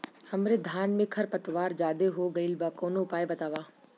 हमरे धान में खर पतवार ज्यादे हो गइल बा कवनो उपाय बतावा?